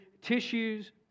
tissues